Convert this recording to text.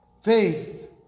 Faith